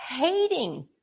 hating